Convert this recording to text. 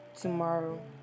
tomorrow